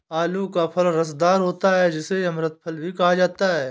आलू का फल रसदार होता है जिसे अमृत फल भी कहा जाता है